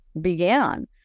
began